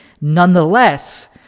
nonetheless